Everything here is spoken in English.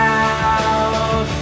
out